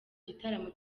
gitaramo